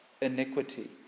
iniquity